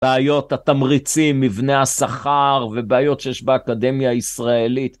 בעיות התמריצים, מבנה השכר, ובעיות שיש באקדמיה הישראלית.